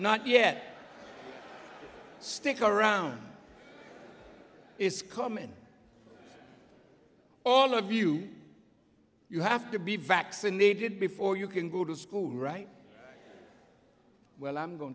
not yet stick around is common to all of you you have to be vaccinated before you can go to school right well i'm going